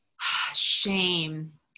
shame